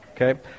Okay